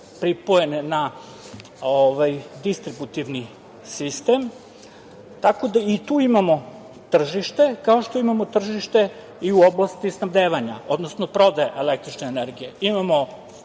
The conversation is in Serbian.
pripojene na distributivni sistem, tako da i tu imamo tržište kao što imamo i tržište u oblasti snabdevanja, odnosno prodaje električne energije. Imamo